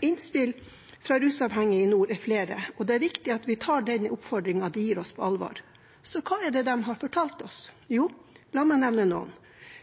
Innspill fra rusavhengig i nord er flere, og det er viktig at vi tar den oppfordringen de gir oss, på alvor. Så hva er det de har fortalt oss? Jo, la meg nevne noe: